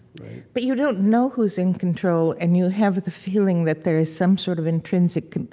but you don't know who's in control and you have the feeling that there is some sort of intrinsic